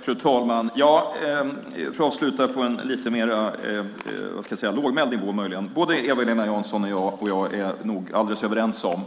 Fru talman! Om jag ska avsluta på en lite mer lågmäld nivå vill jag säga att både Eva-Lena Jansson och jag nog är alldeles överens om